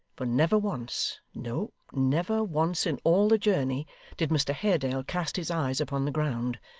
for never once no, never once in all the journey did mr haredale cast his eyes upon the ground,